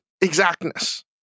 exactness